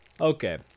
Okay